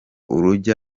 urujya